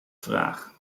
vraag